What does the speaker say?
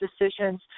decisions